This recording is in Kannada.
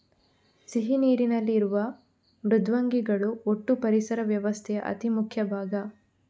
ಸಿಹಿ ನೀರಿನಲ್ಲಿ ಇರುವ ಮೃದ್ವಂಗಿಗಳು ಒಟ್ಟೂ ಪರಿಸರ ವ್ಯವಸ್ಥೆಯ ಅತಿ ಮುಖ್ಯ ಭಾಗ